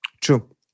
True